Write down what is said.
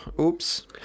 Oops